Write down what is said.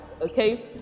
Okay